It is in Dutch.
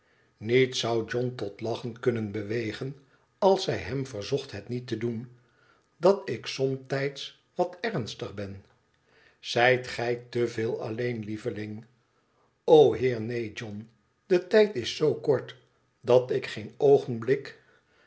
niets zou john tot lachen kunnen bewegen als zij hem verzocht het niet te doen dat ik somtijds wat ernstig ben zijt gij te veel alleen lieveling o heer neen john de tijd is zoo kort dat ik geen oogenblik